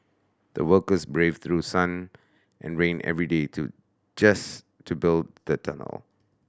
the workers braved through sun and rain every day to just to build the tunnel